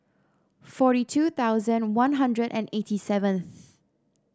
forty two thousand One Hundred and eighty seven